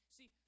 See